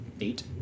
Eight